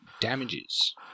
Damages